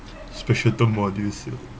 special term modules eh